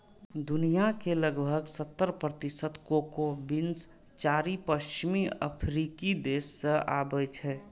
दुनिया के लगभग सत्तर प्रतिशत कोको बीन्स चारि पश्चिमी अफ्रीकी देश सं आबै छै